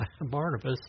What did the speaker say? Barnabas